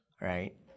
Right